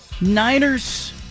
Niners